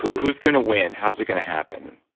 who's going to win? how's it going to happen?